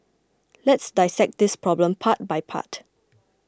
let's dissect this problem part by part